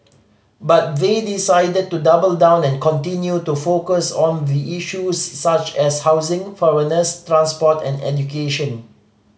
but they decided to double down and continue to focus on the issues such as housing foreigners transport and education